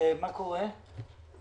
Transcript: של חמש דקות, אני מחכה לחשב הכללי.